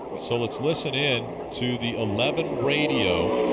so let's listen in to the eleven radio.